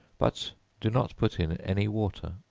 but do not put in any water.